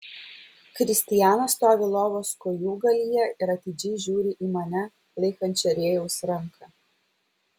kristijanas stovi lovos kojūgalyje ir atidžiai žiūri į mane laikančią rėjaus ranką